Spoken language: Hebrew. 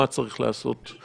מה צריך לעשות,